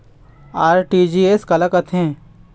RTGS काला कथें?